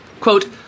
Quote